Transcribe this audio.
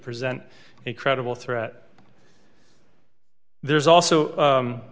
present a credible threat there's also